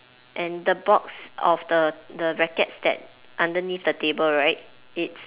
and the box of the the rackets that underneath the table right it's